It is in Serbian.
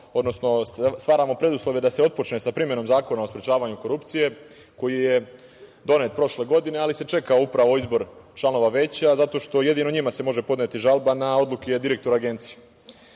odnosno stvaramo preduslove da se otpočne sa primenom Zakona o sprečavanju korupcije koji je donet prošle godine, ali se čekao upravo izbor članova Veća zato što jedino njima se može podneti žalba na odluke direktora Agencije. Što